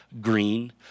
green